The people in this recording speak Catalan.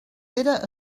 era